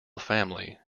family